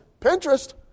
Pinterest